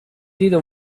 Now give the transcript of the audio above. dita